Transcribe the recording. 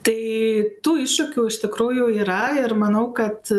tai tų iššūkių iš tikrųjų yra ir manau kad